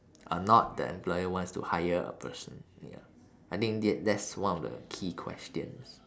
or not the employer wants to hire a person ya I think th~ that's one of the key questions